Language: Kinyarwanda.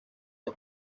iyo